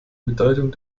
bedeutung